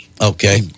Okay